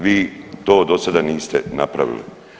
Vi to dosada niste napravili.